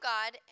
God